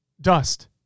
Dust